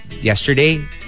yesterday